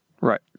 Right